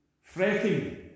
Fretting